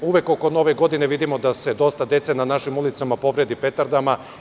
Uvek oko Nove godine vidimo dosta dece na našem ulicama povredi petardama.